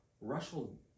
Russell